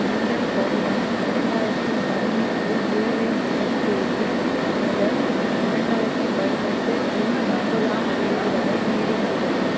அந்தப் பருவம் இரண்டாயிரத்தி பதினேழு ஜூலை முதல் தேதி முதல் இரு இரண்டாயிரத்தி பதினெட்டு ஜூன் முப்பதாம் தேதி வரை நீடிக்கிறது